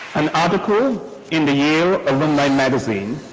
an article in the yale alumni magazine